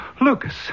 Lucas